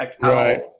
Right